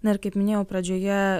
na ir kaip minėjau pradžioje